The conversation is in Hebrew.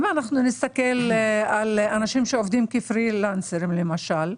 לאנשים שעובדים כפרילנסרים, למשל,